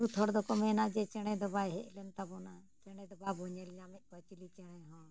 ᱵᱚᱦᱩᱛ ᱦᱚᱲ ᱫᱚᱠᱚ ᱢᱮᱱᱟ ᱡᱮ ᱪᱮᱬᱮ ᱫᱚ ᱵᱟᱭ ᱦᱮᱡᱞᱮᱱ ᱛᱟᱵᱚᱱᱟ ᱪᱮᱬᱮ ᱫᱚ ᱵᱟᱵᱚ ᱧᱮᱞ ᱧᱟᱢᱮᱫ ᱠᱚᱣᱟ ᱪᱤᱞᱤ ᱪᱮᱬᱮ ᱦᱚᱸ